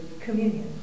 communion